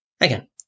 again